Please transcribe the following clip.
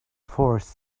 force